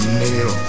nail